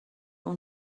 اون